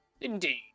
Indeed